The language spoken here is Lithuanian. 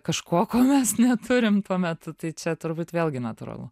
kažko ko mes neturim tuo metu tai čia turbūt vėlgi natūralu